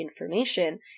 information